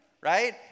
right